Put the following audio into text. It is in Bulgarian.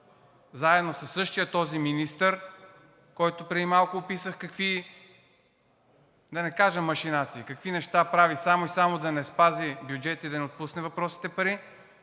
заедно със същия този министър, който преди малко описах какви, да не кажа машинации, какви неща прави само и само да не спази бюджета и да не отпусне въпросните пари.